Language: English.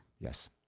Yes